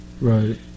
Right